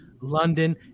London